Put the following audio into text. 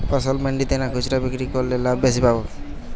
ফসল মন্ডিতে না খুচরা বিক্রি করলে লাভ বেশি পাব?